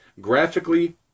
graphically